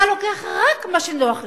אתה לוקח רק מה שנוח לך,